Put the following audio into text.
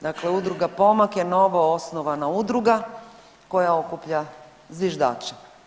Dakle, udruga „Pomak“ je novo osnovana udruga koja okuplja zviždače.